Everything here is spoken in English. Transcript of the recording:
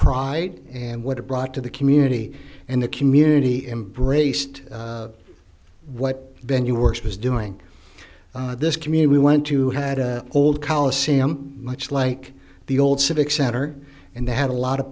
pride and what it brought to the community and the community embraced what venue works was doing this community went to had old coliseum much like the old civic center and they had a lot of